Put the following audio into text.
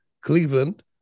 Cleveland